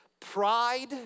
Pride